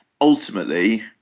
ultimately